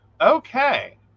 Okay